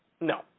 No